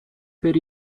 per